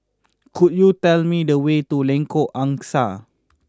could you tell me the way to Lengkok Angsa